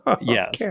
Yes